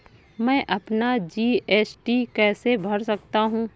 मैं अपना जी.एस.टी कैसे भर सकता हूँ?